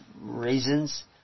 reasons